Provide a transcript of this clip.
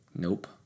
Nope